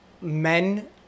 men